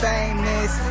Famous